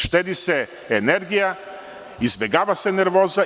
Štedi se energija, izbegava se nervoza.